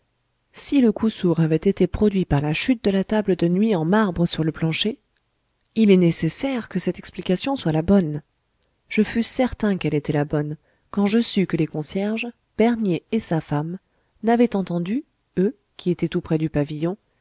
si le coup sourd avait été produit par la chute de la table de nuit en marbre sur le plancher il est nécessaire que cette explication soit la bonne je fus certain qu'elle était la bonne quand je sus que les concierges bernier et sa femme n'avaient entendu eux qui étaient tout près du pavillon